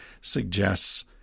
suggests